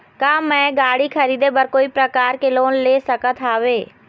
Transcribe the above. का मैं गाड़ी खरीदे बर कोई प्रकार के लोन ले सकत हावे?